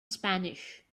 spanish